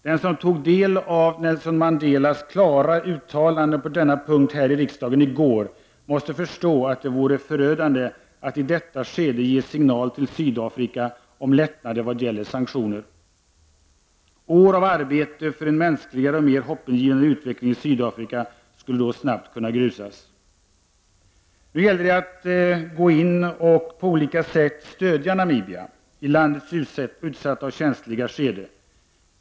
Den som tog del av Nelson Mandelas klara uttalande på denna punkt här i riksdagen i går måste förstå att det vore förödande att i detta skede ge signal till Sydafrika om lättnader vad gäller sanktioner. År av arbete för en mänskligare och mer hoppingivande utveckling i Sydafrika skulle då snabbt kunna grusas. Nu gäller det att gå in och på olika sätt stödja Namibia i landets utsatta och känsliga skede.